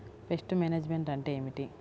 Pest management అంటే ఏమిటి?